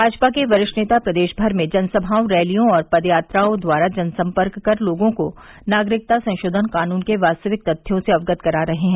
भाजपा के वरिष्ठ नेता प्रदेश भर में जनसभाओं रैलियों और पदयात्राओं के द्वारा जनसम्पर्क कर लोगों को नागरिकता संशोधन कानून के वास्तविक तथ्यों से अवगत करा रहे हैं